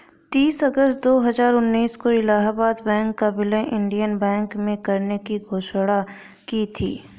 तीस अगस्त दो हजार उन्नीस को इलाहबाद बैंक का विलय इंडियन बैंक में करने की घोषणा की थी